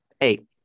Eight